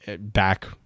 back